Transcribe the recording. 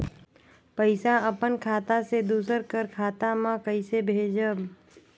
पइसा अपन खाता से दूसर कर खाता म कइसे भेजब?